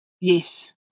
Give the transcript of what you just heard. Yes